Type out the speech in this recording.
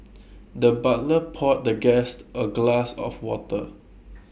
the butler poured the guest A glass of water